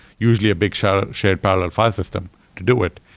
usually, a big shared ah shared parallel file system to do it.